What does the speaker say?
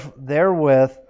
therewith